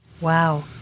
Wow